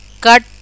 cut